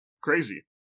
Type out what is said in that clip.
crazy